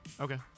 okay